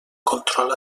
control